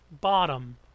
bottom